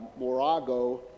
Morago